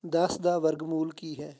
ਦਸ ਦਾ ਵਰਗ ਮੂਲ ਕੀ ਹੈ